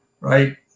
right